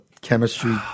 chemistry